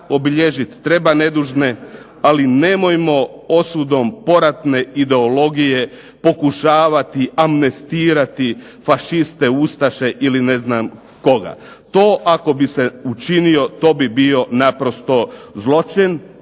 obilježit treba nedužne, ali nemojmo osudom poratne ideologije pokušavati amnestirati fašiste, ustaše ili ne znam koga. To ako bi se učinilo to bi bilo naprosto zločin.